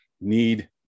need